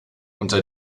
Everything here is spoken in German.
unter